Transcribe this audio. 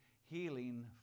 healing